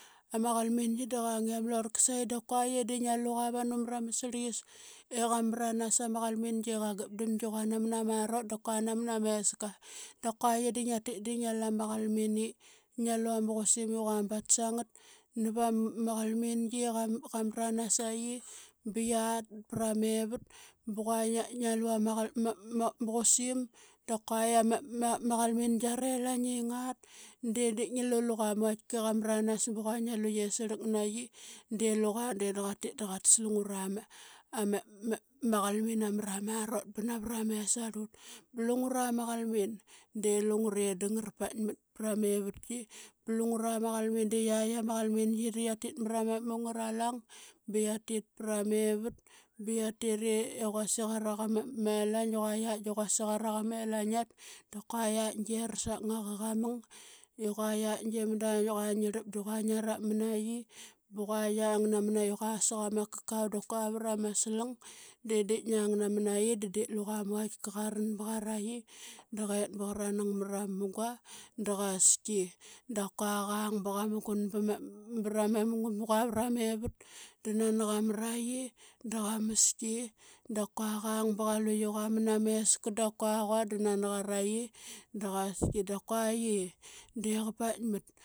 Ama qalmingi da qang i ama lorlka sa qi da kua ye de ngia luqa vanu mra ma srliyas i qamranas sama qalmingi qa gapdamgi qua namna marot dap kua namna meska. Da kua qie de ngiatit de ngia lu ama qusim i batsangat nava ma qalmingi i qamranas qamranas sa qi ba qiat pra mevat. Ba qua ngia lu ama qusim da kua ama ama qalmingia relaing i ngat de di ngi lu luqa ma vaitka i qamranas ba qua ngia luqe srlak naqi de luqa de da qatit da qatas lungura ma ama ma qalmin namra marot ba navra ma es arlut. Ba lungura ma qalmin de lungure da ngara paikmat pra mevatki, ba yiaitk ama qalmingi gi de da qia tit marama mung angaralang, ba qia tit pra mevat ba qia tire i quasik araqamelaing da kua de quasuk araqama elaingat da kua yiaitk de ara saknga qa qamang. I qua yiaitk de manda i qua ngirlap da qua nap mnaqi, ba qua ngiang naman naqi qua saqa ma kakau da kua vra ma slang. Da de ngiang namanaqi da de luqa ma vaitka qaran ba qaraqi da qet ba qa ranang mra ma munga da qaski. Da kua qang ba qa mugun bra ma mungam i qua vra mevat da nani qamra qi da qamaski. Da kua qang ba qa luqi qua mana meska da kua qua da nani qaraqi da qaski da kua ye de qa paikmat.